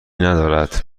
ندارد